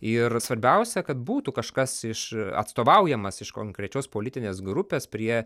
ir svarbiausia kad būtų kažkas iš atstovaujamas iš konkrečios politinės grupės prie